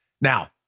Now